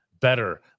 Better